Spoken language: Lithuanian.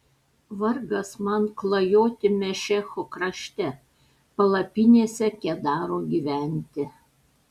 vargas man klajoti mešecho krašte palapinėse kedaro gyventi